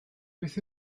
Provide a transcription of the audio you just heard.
beth